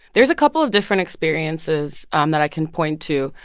there's a couple of different experiences um that i can point to.